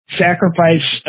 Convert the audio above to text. sacrifice